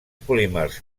polímers